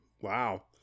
wow